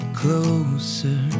closer